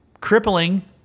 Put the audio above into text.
crippling